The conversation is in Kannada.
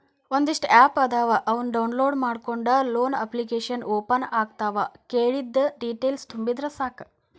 ಒಂದಿಷ್ಟ ಆಪ್ ಅದಾವ ಅವನ್ನ ಡೌನ್ಲೋಡ್ ಮಾಡ್ಕೊಂಡ ಲೋನ ಅಪ್ಲಿಕೇಶನ್ ಓಪನ್ ಆಗತಾವ ಕೇಳಿದ್ದ ಡೇಟೇಲ್ಸ್ ತುಂಬಿದರ ಸಾಕ